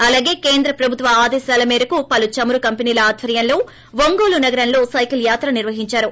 అలాగే కేంద్ర ప్రభుత్వ ఆదేశాల మేరకు పలు చమురు కంపెనీల ఆధ్వర్యంలో ఒంగోలు నగరంలో సైకిల్ యాత్ర నిర్వహిందారు